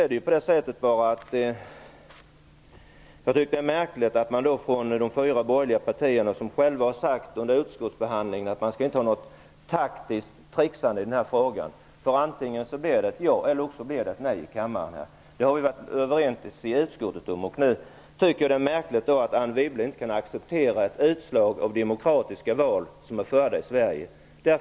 Under utskottsbehandlingen har man från de fyra partierna själva sagt att man inte skall ägna sig åt något taktiskt tricksande i den här frågan - antingen blir det ett ja eller ett nej i kammaren. Det har vi varit överens om i utskottet. Jag tycker därför att det är märkligt att Anne Wibble inte kan acceptera ett utslag av demokratiska val i Sverige.